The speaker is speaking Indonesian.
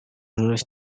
menulis